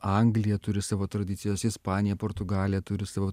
anglija turi savo tradicijas ispanija portugalija turi savo